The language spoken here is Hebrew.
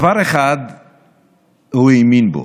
בדבר אחד הוא האמין,